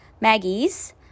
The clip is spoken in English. Maggie's